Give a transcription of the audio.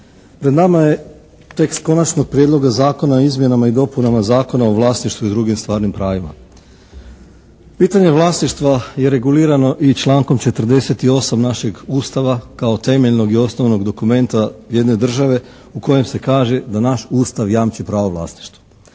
Pred nama je tekst Konačnog prijedloga zakona o izmjenama i dopunama Zakona o vlasništvu i drugim stvarnim pravima. Pitanje vlasništva je regulirano i člankom 48. našeg Ustava kao temeljnog i osnovnog dokumenta jedne države u kojem se kaže da naš Ustav jamči pravo vlasništva.